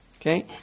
Okay